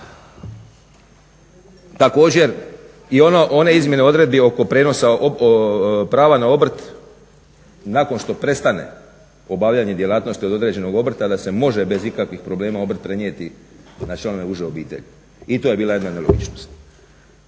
Također i one izmjene odredbi oko prijenosa prava na obrt nakon što prestane obavljanje djelatnosti od određenog obrta, a da se može bez ikakvih problema obrt prenijeti na članove uže obitelji. I to je bila jedna nelogičnost.